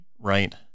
Right